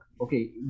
okay